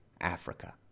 Africa